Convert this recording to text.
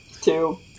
two